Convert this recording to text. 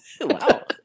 Wow